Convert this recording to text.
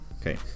Okay